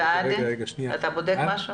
אני חושב שאתמול הערנו הערה לגבי ה-1,000 פעם שנייה.